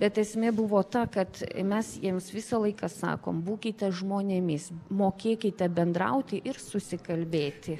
bet esmė buvo ta kad mes jiems visą laiką sakom būkite žmonėmis mokėkite bendrauti ir susikalbėti